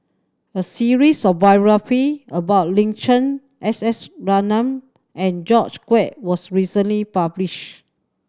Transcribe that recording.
a series of biography about Lin Chen S S Ratnam and George Quek was recently published